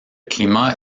climat